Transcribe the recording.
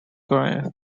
grass